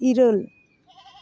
ᱤᱨᱟᱹᱞ